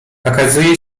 okazuje